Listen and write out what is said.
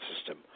system